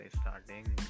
starting